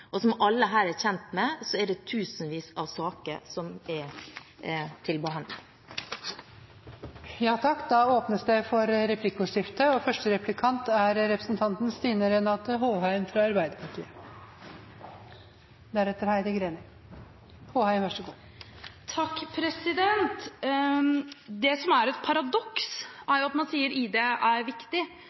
og som alle her er kjent med, er det tusenvis av saker som er til behandling. Det blir replikkordskifte. Det som er et paradoks, er at man sier at ID er viktig,